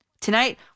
Tonight